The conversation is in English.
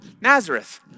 Nazareth